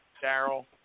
Darrell